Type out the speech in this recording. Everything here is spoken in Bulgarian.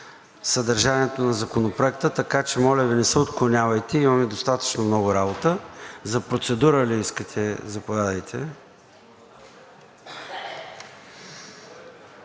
съдържанието на Законопроекта, така че, моля Ви, не се отклонявайте, имаме достатъчно много работа. Процедура ли искате? Заповядайте.